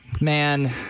Man